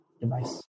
device